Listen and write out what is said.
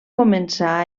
començar